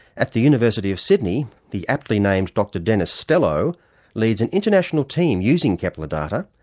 at the university of sydney, the aptly named dr. dennis stello leads an international team using kepler data,